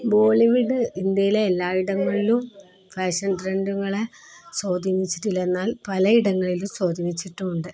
ബോളിവുഡ് ഇന്ത്യയിലെ എല്ലായിടങ്ങളിലും ഫാഷൻ ട്രെൻഡുകളെ സ്വാധീനിച്ചിട്ടില്ല എന്നാൽ പലയിടങ്ങളിലും സ്വാധീനിച്ചിട്ടുമുണ്ട്